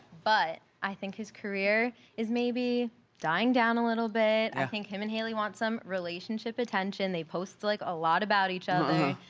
but i think his career is maybe dying down a little bit. i think him and hailey want some relationship attention, they post like a lot about each other.